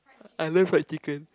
I love fried chicken